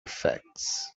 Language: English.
facts